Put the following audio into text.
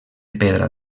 pedra